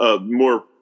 more